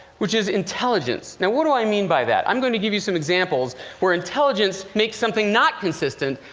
which is intelligence. now what do i mean by that? i'm going to give you some examples where intelligence makes something not consistent,